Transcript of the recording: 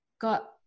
got